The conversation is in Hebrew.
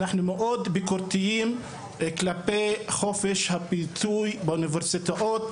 אנחנו מאוד ביקורתיים כלפי חופש הביטוי באוניברסיטאות,